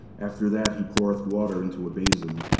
after that, he poureth water into a basin,